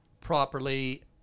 properly